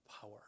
power